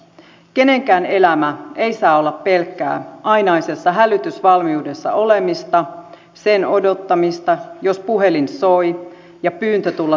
kenenkään elämä ei saa olla pelkkää ainaisessa hälytysvalmiudessa olemista sen odottamista että puhelin soi ja pyyntö tulla töihin tulee